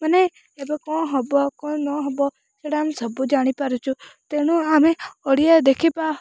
ମାନେ ଏବେ କ'ଣ ହବ କ'ଣ ନ ହବ ସେଇଟା ଆମେ ସବୁ ଜାଣିପାରୁଛୁ ତେଣୁ ଆମେ ଓଡ଼ିଆ ଦେଖିବା